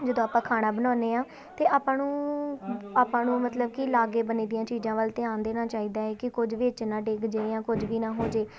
ਜਦੋਂ ਆਪਾਂ ਖਾਣਾ ਬਣਾਉਂਦੇ ਹਾਂ ਅਤੇ ਆਪਾਂ ਨੂੰ ਆਪਾਂ ਨੂੰ ਮਤਲਬ ਕਿ ਲਾਗੇ ਬੰਨੇ ਦੀਆਂ ਚੀਜ਼ਾਂ ਵੱਲ ਧਿਆਨ ਦੇਣਾ ਚਾਹੀਦਾ ਹੈ ਕਿ ਕੁਝ ਵਿੱਚ ਨਾ ਡਿੱਗ ਜੇ ਜਾਂ ਕੁਝ ਵੀ ਨਾ ਹੋ ਜਾਵੇ